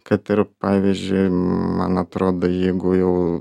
kad ir pavyzdžiui man atrodo jeigu jau